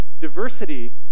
diversity